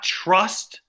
trust